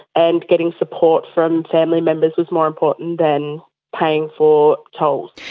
and getting support from family members was more important than paying for tolls.